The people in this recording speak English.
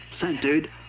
centered